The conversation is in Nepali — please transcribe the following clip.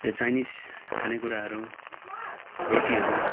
यो चाइनिस खानेकुराहरू रोटीहरू